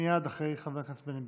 מייד אחרי חבר הכנסת בני בגין.